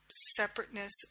separateness